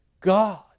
God